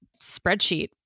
spreadsheet